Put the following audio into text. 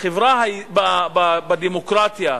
בדמוקרטיה הישראלית,